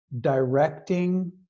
directing